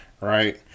Right